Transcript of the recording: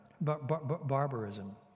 barbarism